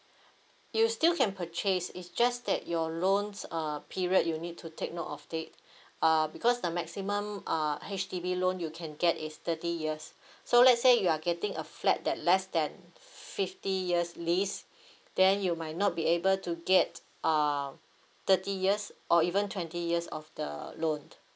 you still can purchase is just that your loans uh period you need to take note of that uh because the maximum uh H_D_B loan you can get is thirty years so let's say you are getting a flat that less than fifty years lease then you might not be able to get a thirty years or even twenty years of the loan